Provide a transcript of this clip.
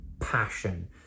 passion